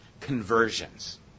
conversions